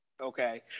okay